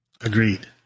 Agreed